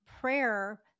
prayer